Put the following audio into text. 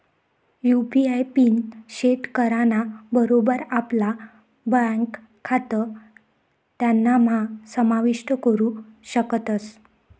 UPI pin set कराना बरोबर आपला ब्यांक खातं त्यानाम्हा समाविष्ट करू शकतस